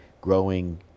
growing